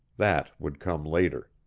that would come later.